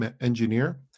engineer